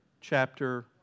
chapter